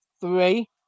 three